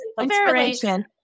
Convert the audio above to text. Inspiration